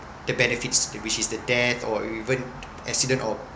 the benefits the which is the death or even accident or